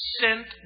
sent